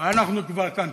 ואנחנו כבר כאן.